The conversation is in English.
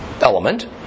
element